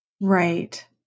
Right